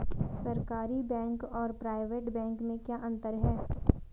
सरकारी बैंक और private bank में क्या क्या अंतर हैं?